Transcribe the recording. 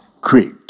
Great